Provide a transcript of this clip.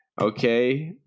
Okay